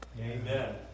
Amen